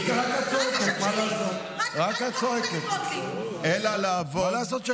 כי רק את צועקת, מה לעשות?